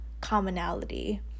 commonality